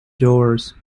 doors